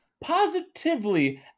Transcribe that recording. positively